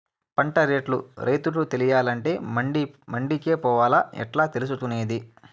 పంట రేట్లు రైతుకు తెలియాలంటే మండి కే పోవాలా? ఎట్లా తెలుసుకొనేది?